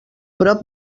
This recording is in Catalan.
prop